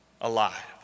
alive